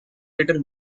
later